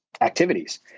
activities